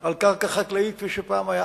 על קרקע חקלאית כפי שהיה פעם.